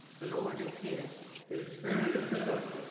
the lord is here his spirit is with us.